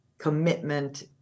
commitment